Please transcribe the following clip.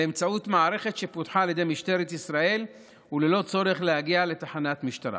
באמצעות מערכת שפותחה על ידי משטרת ישראל וללא צורך להגיע לתחנת משטרה.